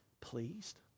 pleased